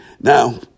Now